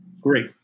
Great